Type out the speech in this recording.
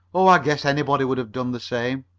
oh, i guess anybody would have done the same.